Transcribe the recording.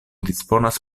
disponas